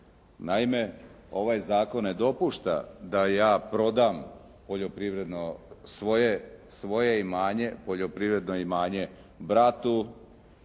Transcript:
Naime ovaj zakon ne dopušta da ja prodam poljoprivredno, svoje imanje, poljoprivredno imanje bratu,